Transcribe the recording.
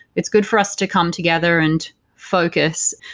it's good for us to come together and focus.